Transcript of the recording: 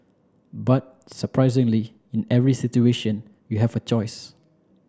but surprisingly in every situation you have a choice